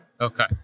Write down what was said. Okay